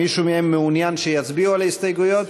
מישהו מהם מעוניין שיצביעו על ההסתייגויות?